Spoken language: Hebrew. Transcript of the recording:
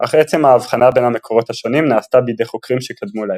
אך עצם ההבחנה בין המקורות השונים נעשתה בידי חוקרים שקדמו להם.